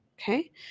Okay